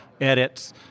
edits